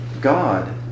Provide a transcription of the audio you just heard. God